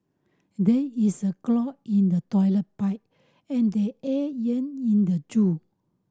there is a clog in the toilet pipe and the air in the zoo